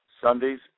Sundays